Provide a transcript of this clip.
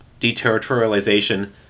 deterritorialization